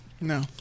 No